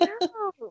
No